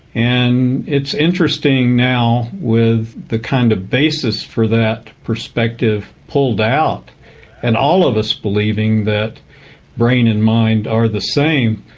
and it's interesting now, with the kind of basis for that perspective pulled out and all of us believing that brain and mind are the same,